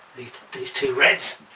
these two reds